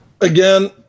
Again